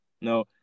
No